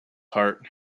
heart